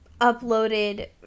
uploaded